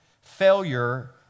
failure